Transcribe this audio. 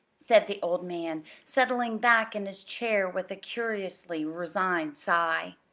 said the old man, settling back in his chair with a curiously resigned sigh.